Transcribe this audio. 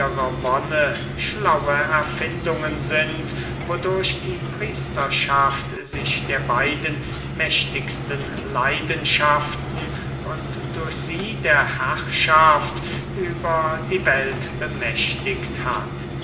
schlaue erfindungen sind wodurch die priesterschaft sich der beiden mächtigsten leidenschaften und durch sie der herrschaft über die welt bemächtigt hat